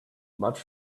much